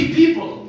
people